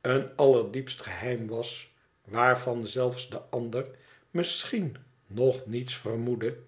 een allerdiepst geheim was waarvan zelfs de ander misschien nog niets vermoedde